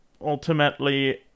ultimately